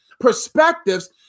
perspectives